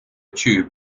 tube